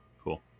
Cool